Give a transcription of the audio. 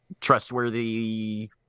trustworthy